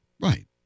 Right